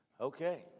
okay